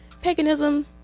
paganism